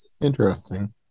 Interesting